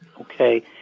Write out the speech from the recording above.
Okay